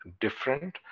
different